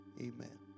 Amen